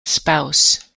spouse